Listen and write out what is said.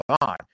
on